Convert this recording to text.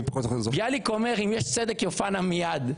ביאליק אומר: אם יש צדק - יופע מיד.